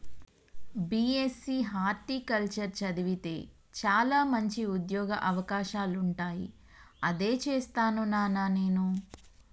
BSc horticulture చదివితే చాల మంచి ఉంద్యోగ అవకాశాలుంటాయి అదే చేస్తాను నానా నేను